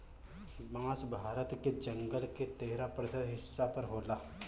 बांस भारत के जंगल के तेरह प्रतिशत हिस्सा पर होला